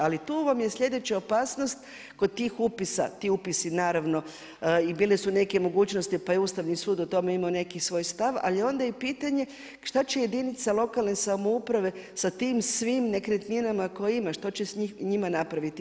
Ali tu vam je sljedeća opasnost kod tih upisa, ti upisi naravno i bile su neke mogućnosti pa je Ustavni sud o tome imao neki svoj stav ali je onda i pitanje šta će jedinica lokalne samouprave sa tim svim nekretninama koje ima, što će s njima napraviti.